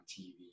TV